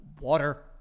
Water